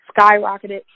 skyrocketed